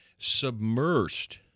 submersed